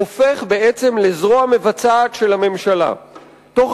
הופך בעצם לזרוע מבצעת של הממשלה תוך